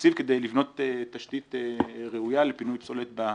תקציב כדי לבנות תשתית ראויה לפינוי פסולת ברשות.